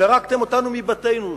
זרקתם אותנו מבתינו,